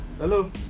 Hello